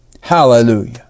Hallelujah